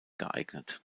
geeignet